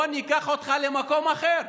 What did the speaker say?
בוא, אני אקח אותך למקום אחר,